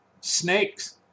snakes